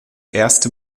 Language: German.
erste